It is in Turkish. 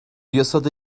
yasada